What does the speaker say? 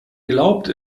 glaubte